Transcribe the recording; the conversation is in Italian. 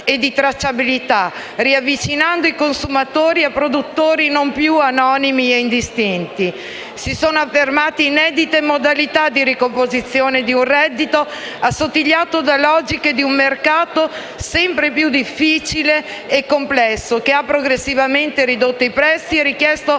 e di tracciabilità, riavvicinando i consumatori a produttori non più anonimi e indistinti. Si sono affermate inedite modalità di ricomposizione di un reddito, assottigliato da logiche di un mercato sempre più difficile e complesso, che ha progressivamente ridotto i prezzi e richiesto